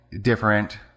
different